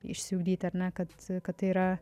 išsiugdyti ar ne kad kad tai yra